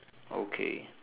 okay